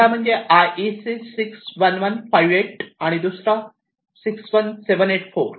पहीला म्हणजे IEC 61158 आणि दुसरा 61784